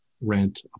rent